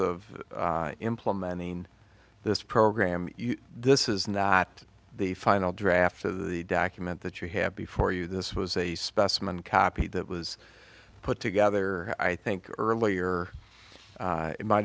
of implementing this program this is not the final draft of the document that you have before you this was a specimen copy that was put together i think earlier it might